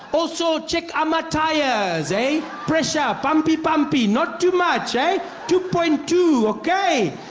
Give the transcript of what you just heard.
also check ama tires, hey? pressure. pumpy, pumpy! not to much hey? two point two, okay? yea,